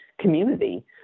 community